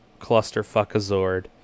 Clusterfuckazord